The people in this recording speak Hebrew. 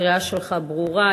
הקריאה שלך ברורה.